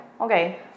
okay